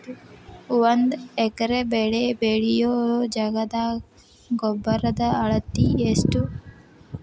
ಒಂದ್ ಎಕರೆ ಬೆಳೆ ಬೆಳಿಯೋ ಜಗದಾಗ ರಸಗೊಬ್ಬರದ ಅಳತಿ ಎಷ್ಟು?